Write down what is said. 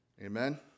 Amen